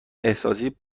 احساسی